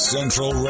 Central